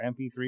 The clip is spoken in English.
MP3